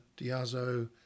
diazo